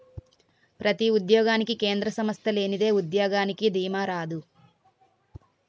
ప్రతి ఉద్యోగానికి కేంద్ర సంస్థ లేనిదే ఉద్యోగానికి దీమా రాదు